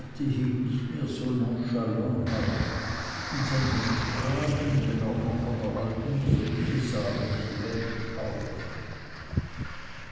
hing nicht mehr so nonchalant herab und sein hemdkragen wenn auch noch von der alten größe sah recht welk aus